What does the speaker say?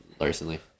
recently